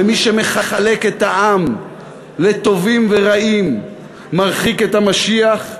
ומי שמחלק את העם לטובים ורעים מרחיק את המשיח,